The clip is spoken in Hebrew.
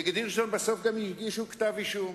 נגד הירשזון בסוף אפילו הגישו כתב-אישום.